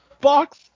box